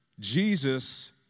Jesus